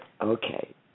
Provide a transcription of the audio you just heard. Okay